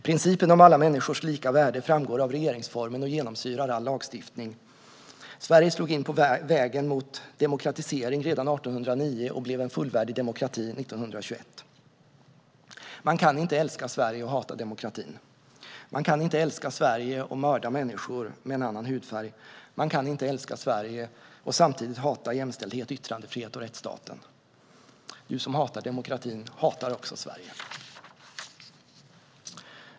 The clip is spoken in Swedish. Principen om alla människors lika värde framgår av regeringsformen och genomsyrar all lagstiftning. Sverige slog in på vägen mot demokratisering redan 1809 och blev en fullvärdig demokrati 1921. Man kan inte älska Sverige och hata demokratin. Man kan inte älska Sverige och mörda människor med en annan hudfärg. Man kan inte älska Sverige och samtidigt hata jämställdhet, yttrandefrihet och rättsstaten. Du som hatar demokratin hatar också Sverige.